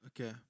Okay